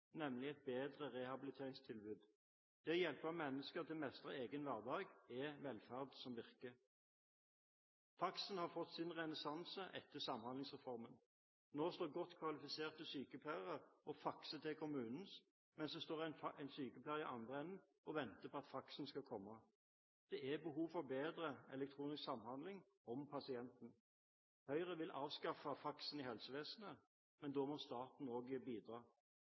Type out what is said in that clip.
nemlig et bedre rehabiliteringstilbud. Det å hjelpe mennesker til å mestre egen hverdag er velferd som virker. Faksen har fått sin renessanse etter Samhandlingsreformen. Nå står godt kvalifiserte sykepleiere og fakser til kommunene, mens det står sykepleiere i den andre enden og venter på at faksen skal komme. Det er behov for bedre elektronisk samhandling om pasienten. Høyre vil avskaffe faksen i helsevesenet, men da må staten også bidra. Vi blir stadig flere innbyggere i Norge. Sykdomsbildet endrer seg, og